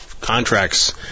contracts